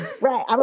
Right